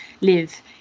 live